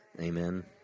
Amen